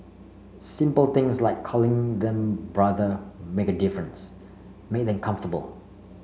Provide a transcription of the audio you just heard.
simple things like calling them brother make a difference make them comfortable